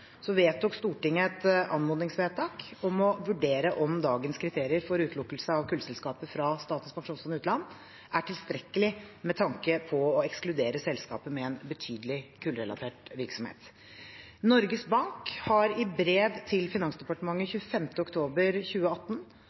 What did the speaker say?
utelukkelse av kullselskaper fra SPU er tilstrekkelige, med tanke på å ekskludere selskaper med en betydelig kullrelatert virksomhet. Norges Bank har i brev til Finansdepartementet 25. oktober 2018